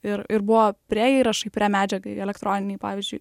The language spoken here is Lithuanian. ir ir buvo preįrašai premedžiagai elektroninei pavyzdžiui